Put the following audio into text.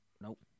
nope